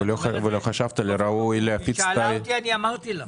היא שאלה אותי, אמרתי לה.